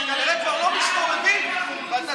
מתאים לכם לעצום עיניים ולהגיד: